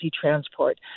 transport